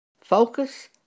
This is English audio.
Focus